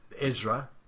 Ezra